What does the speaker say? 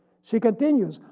she continues.